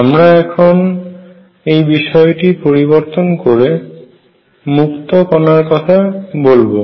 আমরা এখন এই বিষয়টি পরিবর্তন করে মুক্ত কণার কথা বলবো